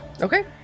Okay